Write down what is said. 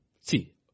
See